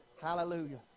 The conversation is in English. hallelujah